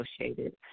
associated